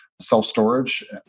self-storage